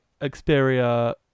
Xperia